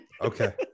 Okay